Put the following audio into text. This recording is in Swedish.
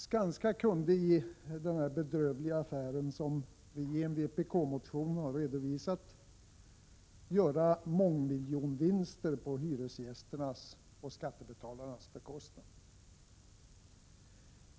Skanska kunde i den bedrövliga affär som vi i en vpk-motion redovisat göra mångmiljonvinster på hyresgästernas och skattebetalarnas bekostnad.